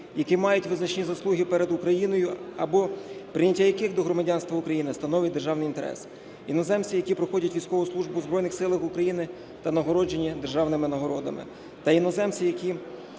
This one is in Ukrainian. які мають визначні заслуги перед Україною, або прийняття яких до громадянства України становить державний інтерес; іноземці, які проходять військову службу в Збройних Силах України та нагороджені державними нагородами; та іноземці, які